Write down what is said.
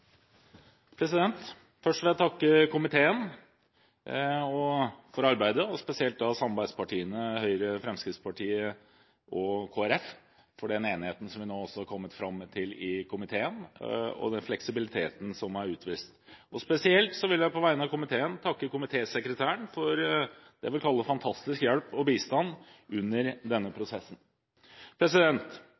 Først vil jeg takke komiteen for arbeidet, og spesielt samarbeidspartiene Høyre, Fremskrittspartiet og Kristelig Folkeparti for den enigheten som vi nå har kommet fram til i komiteen, og den fleksibiliteten som er utvist. Spesielt vil jeg på vegne av komiteen takke komitésekretæren for det jeg vil kalle fantastisk hjelp og bistand under denne prosessen.